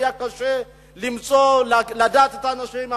היה קשה מאוד למצוא את האנשים,